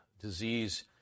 disease